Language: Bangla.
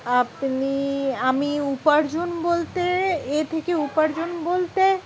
আপনি আমি উপার্জন বলতে এ থেকে উপার্জন বলতে